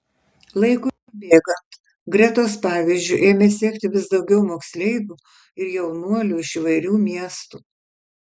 laikui bėgant gretos pavyzdžiu ėmė sekti vis daugiau moksleivių ir jaunuolių iš įvairių miestų